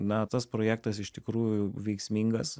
na tas projektas iš tikrųjų veiksmingas